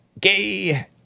gay